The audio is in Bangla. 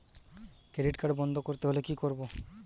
ক্রেডিট কার্ড বন্ধ করতে হলে কি করব?